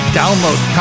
download